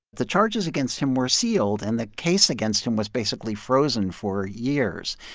the charges against him were sealed, and the case against him was basically frozen for years.